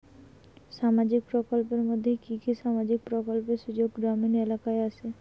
সামাজিক প্রকল্পের মধ্যে কি কি সামাজিক প্রকল্পের সুযোগ গ্রামীণ এলাকায় আসে?